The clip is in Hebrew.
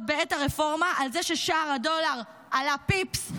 בעת הרפורמה על זה ששער הדולר עלה פיפס,